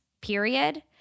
period